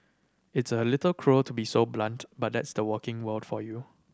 it's a little cruel to be so blunt but that's the working world for you